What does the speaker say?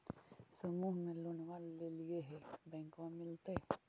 समुह मे लोनवा लेलिऐ है बैंकवा मिलतै?